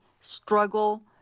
struggle